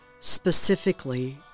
specifically